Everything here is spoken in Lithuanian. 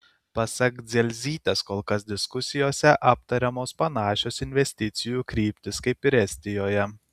pasak dzelzytės kol kas diskusijose aptariamos panašios investicijų kryptys kaip ir estijoje